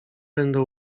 będę